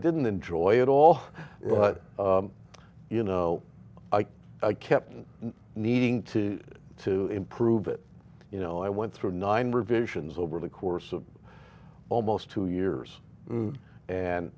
didn't enjoy it all but you know i kept needing to to improve it you know i went through nine revisions over the course of almost two years